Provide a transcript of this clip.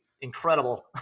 incredible